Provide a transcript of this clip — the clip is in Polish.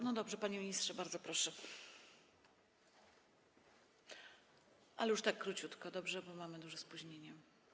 No dobrze, panie ministrze, bardzo proszę, ale już tak króciutko, bo mamy duże spóźnienie.